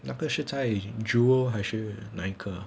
那个是在 jewel 还是哪一个